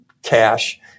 cash